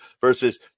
Versus